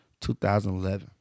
2011